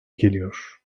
geliyor